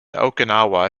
okinawa